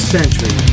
Century